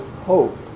hope